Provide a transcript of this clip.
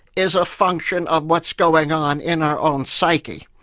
is a function of what's going on in our own psyche.